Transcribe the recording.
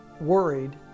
worried